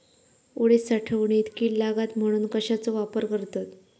उडीद साठवणीत कीड लागात म्हणून कश्याचो वापर करतत?